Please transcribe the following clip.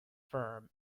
firm